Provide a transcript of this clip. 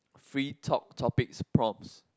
free talk topics prompts